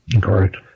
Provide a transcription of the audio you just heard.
Correct